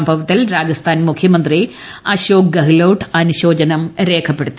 സംഭവത്തിൽ രാജസ്ഥാൻ മുഖ്യമന്ത്രി അശോക് ഗെഹ്ലോട്ട് അനുശോചനം രേഖപ്പെടുത്തി